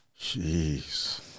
Jeez